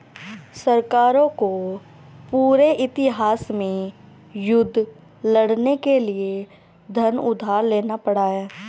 सरकारों को पूरे इतिहास में युद्ध लड़ने के लिए धन उधार लेना पड़ा है